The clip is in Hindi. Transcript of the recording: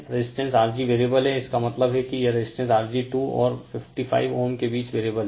रेजिस्टेंस Rg वेरिएबल है इसका मतलब है कि यह रेजिस्टेंस Rg 2 और 55 Ω के बीच वेरिएबल है